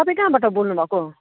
तपाईँ कहाँबाट बोल्नु भएको